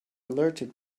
alerted